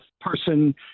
person